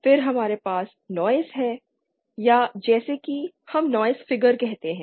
फिर हमारे पास नॉइज़ है या जैसा कि हम नॉइज़ फिगर कहते हैं